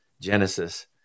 Genesis